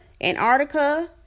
Antarctica